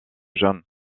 jeunes